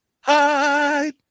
hide